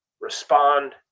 respond